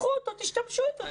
קחו אותו ותשתמשו בו,